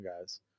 guys